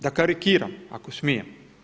Da karikiram ako smijem.